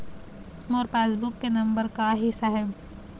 मोर passbook के number का ही साहब?